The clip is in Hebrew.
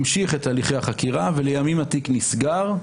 המשיך את הליכי החקירה, ולימים התיק נסגר.